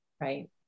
right